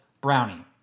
brownie